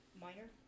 minor